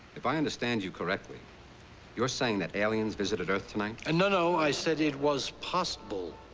if i understand you correctly you're saying that aliens visiteearth tonight? and no, no. i said it was possible.